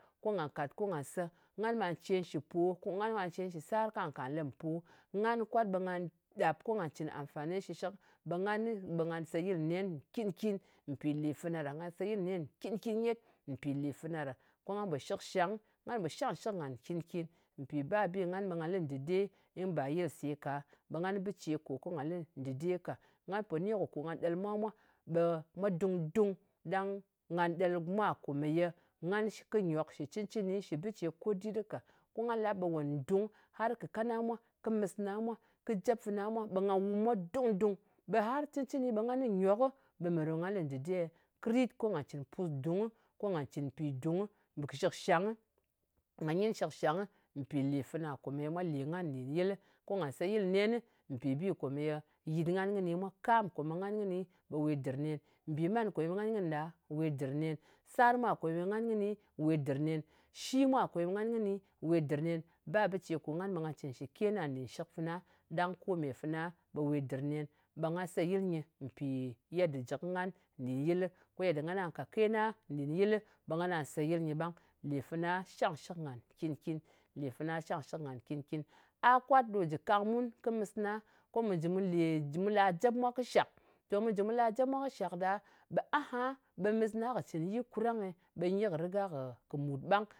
Ko ngà kàt, ko nga sè. Ngan ɓà cen shɨ po, ko ngan ɓa cen shɨ sar kà kā lep mpo. Ngan kwat ɓe nga ɗàp ko nga cɨn amfani shɨshɨk. Ɓe nganɨ nga seyɨl nen nkin-kin mpì lè fana ɗa. Nga seyil nen knin-kin nyet mpì lè fana ɗa. Ko nga pò shɨkshang. Ko pò shangshɨk ngan nkin-kin. Mpì ba bì ngan ɓe nga lɨ dɨde, im ba yesu ka, ɓe ngan kɨ bɨ ce kò ko nga lɨ dɨde ka. Nga pò ni kɨ kò nga ɗel mwa mwā, mwa dung-dung. Ɗang ngà ɗel mwa komeye ngan kɨ nyok shɨ cɨn-cɨni shɨ bɨ ce ko dit ɗɨ ka. Ko nga lap, ɓe won ndùng, ko kɨka na mwa, kɨ mɨsna mwa, kɨ jep fana mwa, ɓe nga wum mwa dung-dung, ɓe har cɨncɨni ɓe ngan kɨ nyok ɓe mè ɗo nga lɨ ndɨde? Kɨ rit ko ngà cɨn pusdungɨ, ko nga cɨn pìdung kɨ shíkshang, nga nyi shɨkshang mpì lè fana kòmèye mwa lè ngan nɗin yɨl. Ko ngà seyɨl nenɨ mpì bi komeye yɨt ngan kɨni mwa. Kam kòmèye ngan kɨni we dɨr nen. Mbìman kòmèye ngan kɨnɨ ɗa, we dɨr nen. Sar mwa kòmeye ngan kɨni we dɨr nen. Shi mwa kòmèye ngan kɨni we dɨr nen. Ba bɨ ce kò ngan ɓe nga cɨn shɨ kena nɗin shɨk fana. Ɗang kome fana ɓe we dɨr nen. Ɓe nga seyɨl nyɨ mpì yedda jɨ kɨ ngan nɗin yɨlɨ, ko yedda ngana ka kena nɗin yɨlɨ ɓe ngana seyɨl nyɨ ɓang. Lè fana shangshɨk ngan nkin-kin. Lè fana shangshɨk ngan nkin-kin. A kwat ɗo jɨ kang mun kɨ mɨsna ko mu jɨ mu lè, mu la jep mwa kɨ shak. Tè mu jɨ mu la jep mwa kɨ shak ɗa, ɓe aha ɓe mɨsna kɨ cɨn yi kurang-e, ɓe nyi kɨ kɨ mùt ɓang.